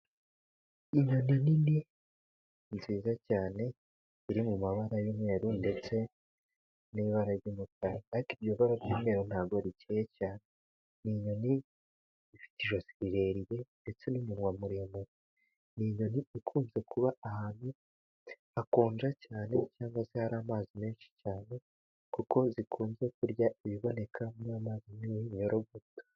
Inyoni nini nziza cyane iri mu mabara y'umweru, ndetse n'ibara ry'umukara ariko iryo bara ry'umweru, nta bwo rikeye cyane. Ni inyoni ifite ijosi rirerire, ndetse n'umunwa muremure. Ni inyoni ikunze kuba ahantu hakonja cyane, cyangwa se hari amazi menshi cyane, kuko zikunze kurya ibibonekamo amazi nk'iminyorogoto.